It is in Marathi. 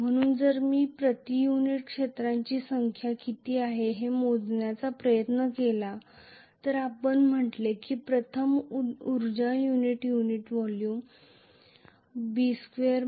म्हणून जर मी प्रति युनिट क्षेत्राचे संख्या किती आहे हे मोजण्याचा प्रयत्न केला तर आपण म्हटले की प्रथम ऊर्जा प्रति युनिट व्हॉल्यूम B22 µ0 आहे